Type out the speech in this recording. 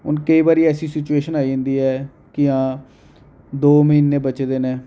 हून केईं बारी ऐसी सिचुएशन आई जंदी ऐ कि हां दो म्हीने बचे दे न